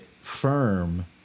firm